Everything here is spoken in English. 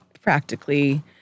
practically